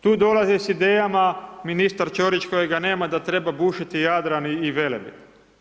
Tu dolaze s idejama, ministar Ćorić, kojega nema, da treba bušiti Jadran i Velebit.